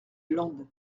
land